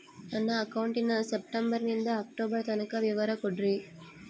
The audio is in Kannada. ನನ್ನ ಅಕೌಂಟಿನ ಸೆಪ್ಟೆಂಬರನಿಂದ ಅಕ್ಟೋಬರ್ ತನಕ ವಿವರ ಕೊಡ್ರಿ?